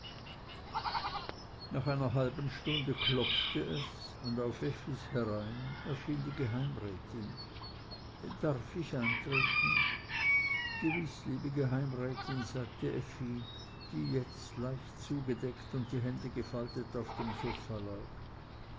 nach einer halben stunde klopfte es und auf effis herein erschien die geheimrätin darf ich eintreten gewiß liebe geheimrätin sagte effi die jetzt leicht zugedeckt und die hände gefaltet auf dem sofa lag